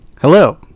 Hello